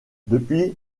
depuis